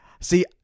See